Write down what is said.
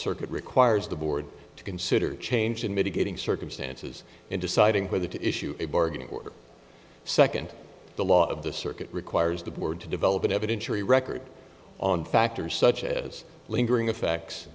circuit requires the board to consider changing mitigating circumstances in deciding whether to issue a bargain or second the law of the circuit requires the board to develop an evidentiary record on factors such as lingering effects